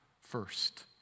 first